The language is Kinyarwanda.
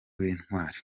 w’intwari